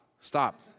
Stop